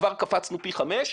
כבר קפצנו פי חמש,